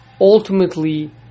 ultimately